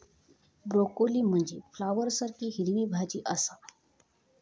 broccoli म्हनजे फ्लॉवरसारखी हिरवी भाजी आसा